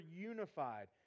unified